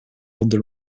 london